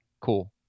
cool